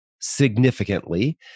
significantly